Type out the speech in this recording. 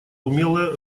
умелое